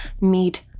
meet